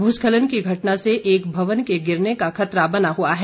भूस्खलन की घटना से एक भवन के गिरने का खतरा बना हुआ है